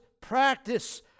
practice